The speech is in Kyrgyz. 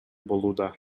болууда